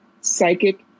psychic